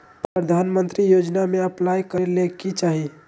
प्रधानमंत्री योजना में अप्लाई करें ले की चाही?